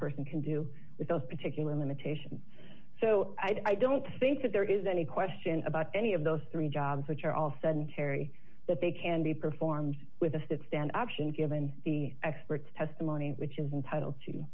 person can do with those particular limitations so i don't think that there is any question about any of those three jobs which are all sedentary that they can be performed with a stand option given the experts testimony which is entitle